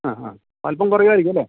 ആ ഹാ അൽപ്പം കുറയുമായിരിക്കും അല്ലേ